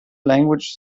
language